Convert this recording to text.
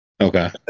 Okay